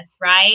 right